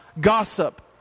gossip